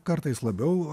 kartais labiau